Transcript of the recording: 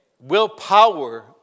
willpower